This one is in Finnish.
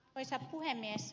arvoisa puhemies